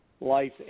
life